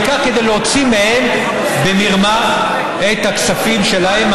העיקר להוציא מהם במרמה את הכספים שלהם,